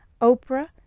Oprah